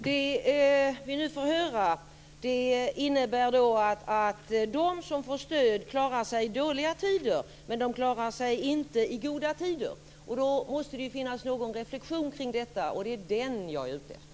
Fru talman! Det vi nu får höra innebär att de som får stöd klarar sig i dåliga tider. Men de klarar sig inte i goda tider. Då måste det finnas någon reflexion kring detta, och det är den jag är ute efter.